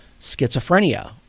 schizophrenia